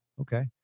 Okay